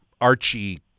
Archie